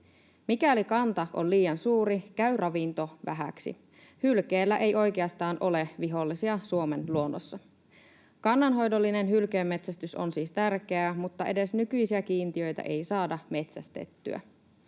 Mikäli kanta on liian suuri, käy ravinto vähäksi. Hylkeellä ei oikeastaan ole vihollisia Suomen luonnossa. Kannanhoidollinen hylkeen metsästys on siis tärkeää, mutta edes nykyisiä kiintiöitä ei saada metsästettyä.